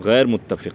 غیر متفق